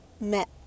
met